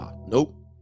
Nope